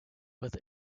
with